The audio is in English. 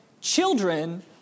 children